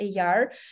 AR